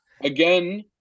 again